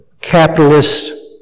capitalist